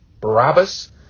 Barabbas